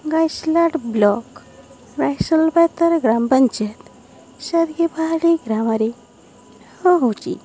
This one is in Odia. ଗାଇସ୍ଲାଡ଼ ବ୍ଲକ ରାଇସଲପତର ଗ୍ରାମପଞ୍ଚାୟତ ସର୍ଗୀ ପାହାଡ଼ି ଗ୍ରାମାରେ ରହୁଛି